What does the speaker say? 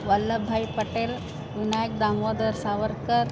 वल्लभाय् पटेल् विनायकः दोमोदरः सावर्कर्